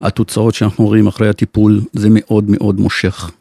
התוצאות שאנחנו רואים אחרי הטיפול זה מאוד מאוד מושך.